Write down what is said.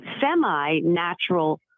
semi-natural